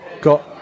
got